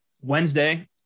Wednesday